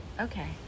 Okay